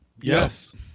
yes